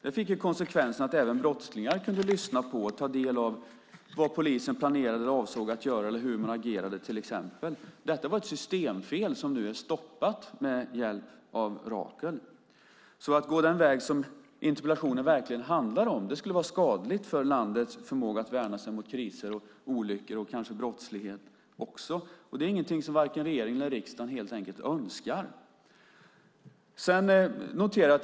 Det fick konsekvensen att även brottslingar kunde lyssna på och ta del av till exempel vad polisen planerade och avsåg att göra eller hur den agerade. Detta var ett systemfel, som nu är stoppat med hjälp av Rakel. Att gå den väg som interpellationen pekar ut skulle vara skadligt för landets förmåga att värna sig mot kriser och olyckor, kanske också mot brottslighet. Det är helt enkelt ingenting som vare sig regeringen eller riksdagen önskar.